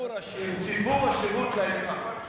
שיפור השירות לאזרח.